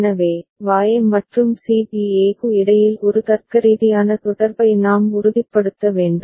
எனவே Y மற்றும் C B A க்கு இடையில் ஒரு தர்க்கரீதியான தொடர்பை நாம் உறுதிப்படுத்த வேண்டும்